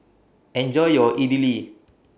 Enjoy your Idili